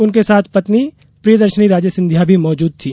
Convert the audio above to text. उनके साथ पत्नी प्रियदर्शिनी राजे सिंधिया भी मौजूद थी